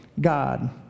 God